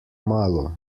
malo